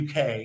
UK